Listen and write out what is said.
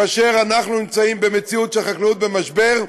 כאשר אנחנו נמצאים במציאות שהחקלאות במשבר,